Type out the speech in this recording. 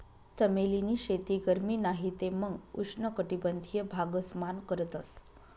चमेली नी शेती गरमी नाही ते मंग उष्ण कटबंधिय भागस मान करतस